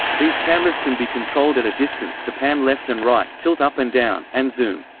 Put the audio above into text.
these cameras can be controlled at a distance to pan left and right, tilt up and down, and zoom.